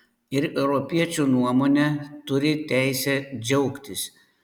ir europiečių nuomone turi teisę džiaugtis